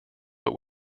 but